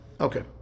Okay